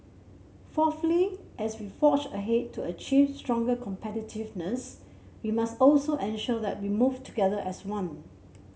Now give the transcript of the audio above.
fourthly as we forge ahead to achieve stronger competitiveness we must also ensure that we move together as one